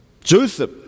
Joseph